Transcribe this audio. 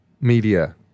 media